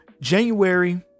January